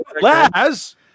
Laz